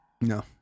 No